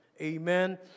Amen